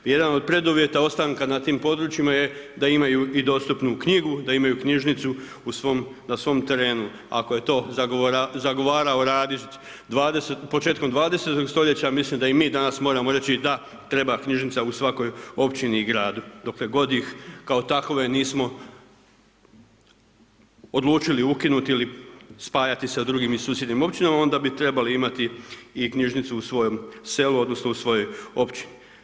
Jedan od preduvjeta ostanka na tim područjima je da imaju i dostupnu knjigu, da imaju knjižnicu na svoj terenu, ako je to zagovarao Radić početkom 20. st. mislim da i mi danas moramo reći da, treba knjižnica u svakoj općini i gradu, dokle god ih kao takve nismo odlučili ukinuti ili spajati sa drugim i susjednim općinama, onda bi trebali imati i knjižnicu u svojem selu, odnosno u svojoj općini.